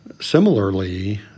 Similarly